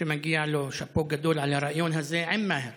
שמגיע לו שאפו גדול על הריאיון הזה עם מאהר